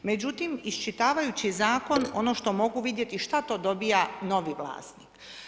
Međutim, iščitavajući Zakon, ono što mogu vidjeti, što to dovija novi vlasnik?